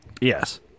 Yes